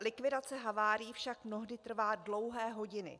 Likvidace havárií však mnohdy trvá dlouhé hodiny.